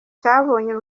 cyabonye